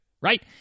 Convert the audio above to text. right